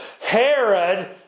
Herod